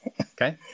okay